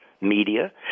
media